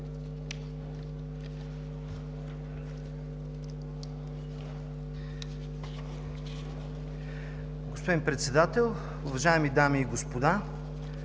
господин Председател, уважаеми дами и господа